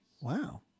Wow